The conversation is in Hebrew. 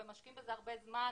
ובאמת, משקיעים בזה הרבה זמן,